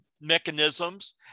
mechanisms